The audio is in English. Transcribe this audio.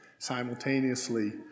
Simultaneously